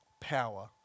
power